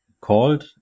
called